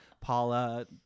paula